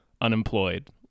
unemployed